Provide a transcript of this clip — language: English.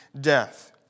death